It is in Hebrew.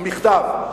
המכתב.